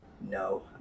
No